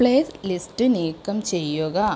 play list നീക്കം ചെയ്യുക